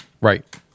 right